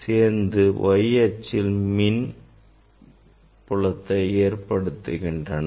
இவை இரண்டும் சேர்ந்து y அச்சில் மின்புலத்தை ஏற்படுத்துகின்றன